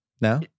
No